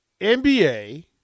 NBA